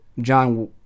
John